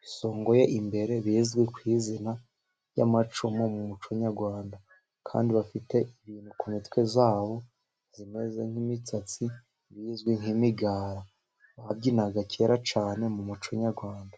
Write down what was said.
bisongoye imbere bizwi ku izina ry'amacumu mu muco nyarwanda, kandi bafite ibintu ku mitwe yabo bimeze nk'imisatsi bizwi nk'imigara, babyinaga kera cyane mu muco nyarwanda.